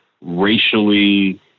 racially